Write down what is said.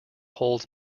holds